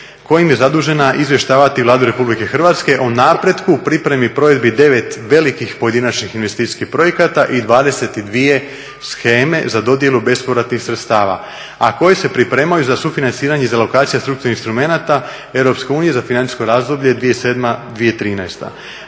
kojim je zadužena izvještavati Vladu Republike Hrvatske o napretku, pripremi, provedbi 9 velikih pojedinačnih investicijskih projekata i 22 sheme za dodjelu bespovratnih sredstava a koje se pripremaju za sufinanciranje iz alokacija strukturnih instrumenata Europske unije za financijsko razdoblje 2007.-2013.